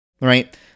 right